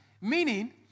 meaning